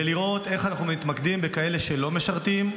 ולראות איך אנחנו מתמקדים בכאלה שלא משרתים,